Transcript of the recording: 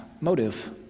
Motive